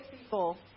people